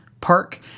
park